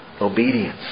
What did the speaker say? Obedience